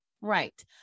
right